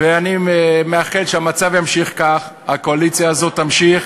ואני מאחל שהמצב ימשיך כך, הקואליציה הזאת תמשיך,